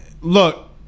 look